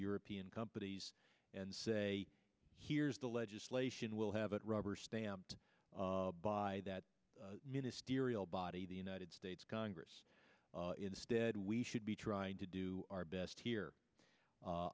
european companies and say here's the legislation we'll have it rubber stamped by that ministerial body the united states congress instead we should be trying to do our best here